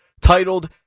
titled